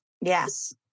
Yes